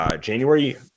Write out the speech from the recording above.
January